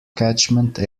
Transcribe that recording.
catchment